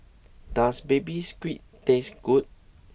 does Baby Squid taste good